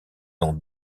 ont